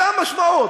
זו המשמעות.